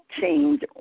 change